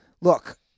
Look